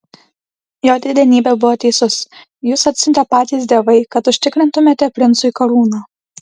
jo didenybė buvo teisus jus atsiuntė patys dievai kad užtikrintumėte princui karūną